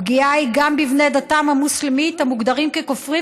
הפגיעה היא גם בבני דתם המוסלמית המוגדרים כופרים,